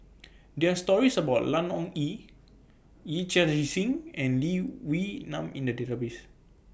There Are stories about Ian Ong Li Yee Chia Hsing and Lee Wee Nam in The Database